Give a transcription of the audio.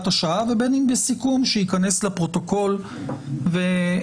השעה ובין אם בסיכום שייכנס לפרוטוקול וכו'.